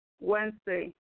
Wednesday